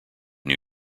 new